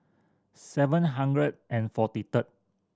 seven hundred and forty third